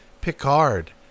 Picard